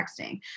texting